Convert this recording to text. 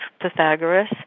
Pythagoras